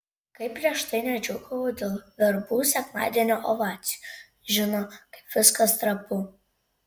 kaip prieš tai nedžiūgavo dėl verbų sekmadienio ovacijų žino kaip viskas trapu